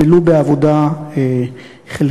ולו בעבודה חלקית.